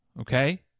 Okay